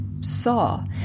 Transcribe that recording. saw